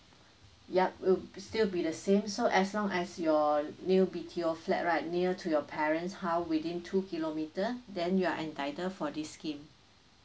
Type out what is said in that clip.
yup will still be the same so as long as your new B_T_O flat right near to your parents house within two kilometer then you are entitled for this scheme